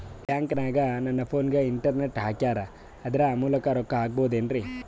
ಬ್ಯಾಂಕನಗ ನನ್ನ ಫೋನಗೆ ಇಂಟರ್ನೆಟ್ ಹಾಕ್ಯಾರ ಅದರ ಮೂಲಕ ರೊಕ್ಕ ಹಾಕಬಹುದೇನ್ರಿ?